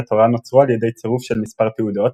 תורה נוצרו על ידי צירוף של מספר תעודות,